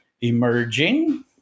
emerging